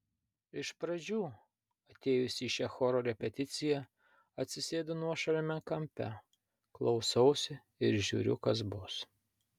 iš pradžių atėjusi į šią choro repeticiją atsisėdu nuošaliame kampe klausausi ir žiūriu kas bus